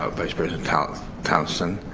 ah vice president allison tonnison,